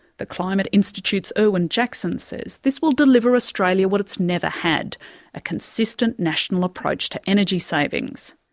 the climate institute's erwin jackson says this will deliver australia what it's never had a consistent national approach to energy savings.